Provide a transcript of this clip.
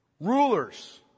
Rulers